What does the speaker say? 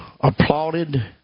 applauded